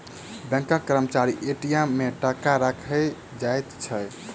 बैंकक कर्मचारी ए.टी.एम मे टाका राइख जाइत छै